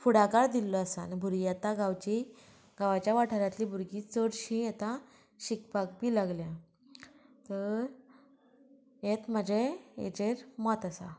फुडाकार दिल्लो आसा आनी भुरगीं आतां गांवची गांवाच्या वाठारांतली भुरगीं चडशीं आतां शिकपाक बी लागल्या तर हेत म्हजे हाचेर मत आसा